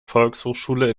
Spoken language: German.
volksschule